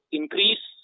increase